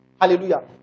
Hallelujah